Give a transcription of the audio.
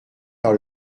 par